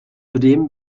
zudem